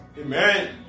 Amen